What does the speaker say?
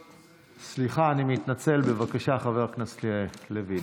סליחה, אני מתנצל, בבקשה, חבר הכנסת לוין.